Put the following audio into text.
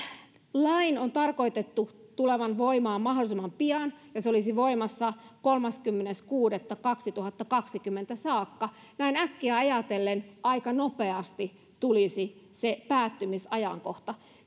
laki on tarkoitettu tulemaan voimaan mahdollisimman pian ja se olisi voimassa kolmaskymmenes kuudetta kaksituhattakaksikymmentä saakka näin äkkiä ajatellen aika nopeasti tulisi se päättymisajankohta